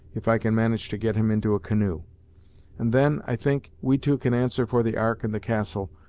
if i can manage to get him into a canoe and then, i think, we two can answer for the ark and the castle,